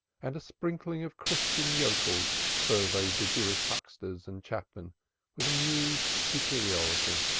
and a sprinkling of christian yokels surveyed the jewish hucksters and chapmen with amused superiority.